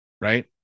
Right